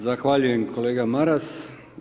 Zahvaljujem kolega Maras.